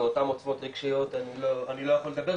ואותן עוצמות רגשיות אני לא יכול לדבר,